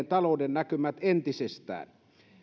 talouden näkymiä entisestään